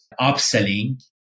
upselling